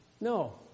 no